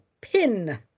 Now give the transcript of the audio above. Pin